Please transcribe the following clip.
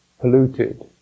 polluted